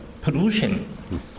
pollution